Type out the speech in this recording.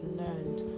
learned